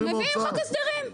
מביאים חוק הסדרים.